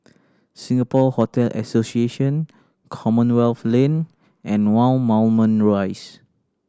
Singapore Hotel Association Commonwealth Lane and One Moulmein Rise